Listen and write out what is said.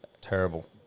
terrible